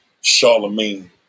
Charlemagne